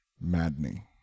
maddening